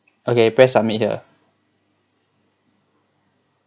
okay press submit here